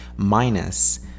minus